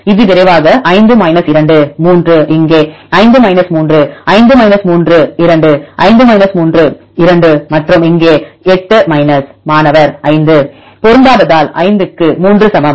இது விரைவாக 5 2 3 இங்கே 5 3 5 3 2 5 3 2 மற்றும் இங்கே 8 மைனஸ் மாணவர்5 பொருந்தாததால் 5 க்கு 3 சமம்